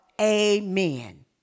Amen